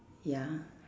ya